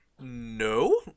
No